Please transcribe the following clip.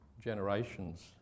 generations